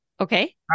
Okay